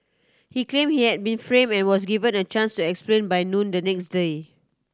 he claim he had been frame and was given a chance to explain by noon the next day